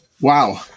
Wow